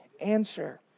answer